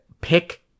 pick